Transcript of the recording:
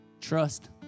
trust